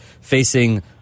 facing